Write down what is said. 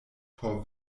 por